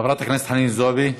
חברת הכנסת חנין זועבי,